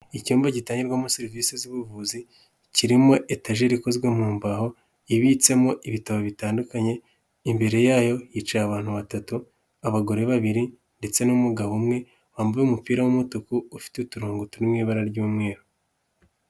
Icyumba gitangirwamo serivisi z'ubuvuzi kirimo etajeri ikozwe mu mbaho, ibitsemo ibitabo bitandukanye, imbere yayo hicaye abantu batatu, abagore babiri ndetse n'umugabo umwe wambuye umupira w'umutuku ufite uturongo turimo ibara ry'umweru.